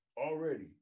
Already